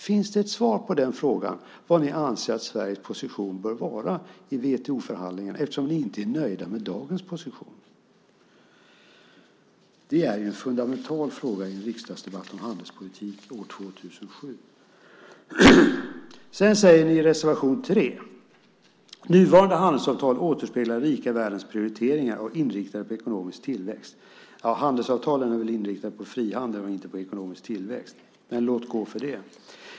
Finns det ett svar på frågan vad ni anser att Sveriges position bör vara i WTO-förhandlingarna, eftersom ni inte är nöjda med dagens position? Det är en fundamental fråga i en riksdagsdebatt om handelspolitik år 2007. Därefter säger ni i reservation 3 att nuvarande handelsavtal återspeglar den rika världens prioriteringar och är inriktade på ekonomisk tillväxt. Handelsavtalen är väl inriktade på frihandel och inte på ekonomisk tillväxt, men låt gå för det.